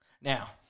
Now